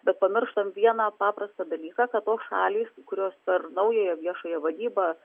bet pamirštam vieną paprastą dalyką kad tos šalys kurios ar naująją viešąją vadybą